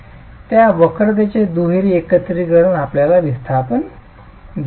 त्या वक्रतेचे दुहेरी एकत्रिकरण आपल्याला विस्थापन देऊ शकते